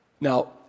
Now